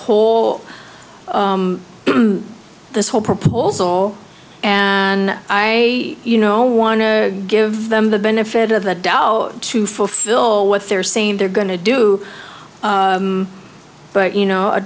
whole this whole proposal and i you know want to give them the benefit of the doubt to fulfill what they're saying they're going to do but you know a